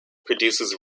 produces